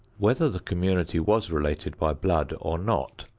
whether the community was related by blood or not,